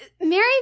mary